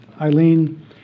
Eileen